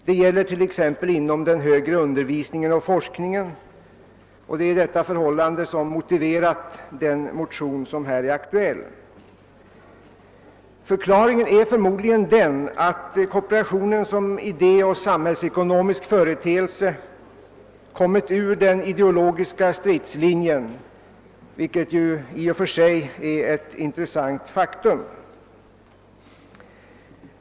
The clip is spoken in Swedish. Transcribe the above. Det gäller t.ex. den högre undervisningen och forskningen, och det är detta förhållande som föranlett den aktuella motionen i denna fråga. Förklaringen är förmodligen den att kooperationen som idé och samhällsekonomisk företeelse kommit bort från den ideologiska stridslinjen, vilket i och för sig är ett intressant fenomen.